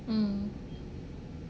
mm